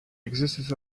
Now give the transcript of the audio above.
existence